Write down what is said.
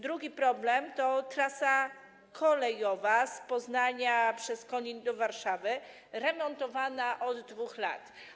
Drugi problem to trasa kolejowa z Poznania przez Konin do Warszawy, remontowana od 2 lat.